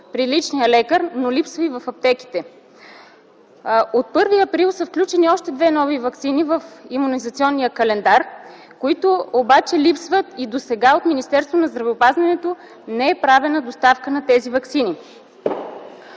при личния лекар, но липсва и в аптеките. От 1 април са включени още две нови ваксини в имунизационния календар, които обаче липсват и досега от Министерството на здравеопазването не е правена доставка на тези ваксини.